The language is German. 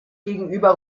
gegenüber